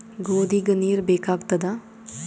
ಗೋಧಿಗ ನೀರ್ ಬೇಕಾಗತದ?